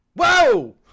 whoa